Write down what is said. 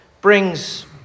Brings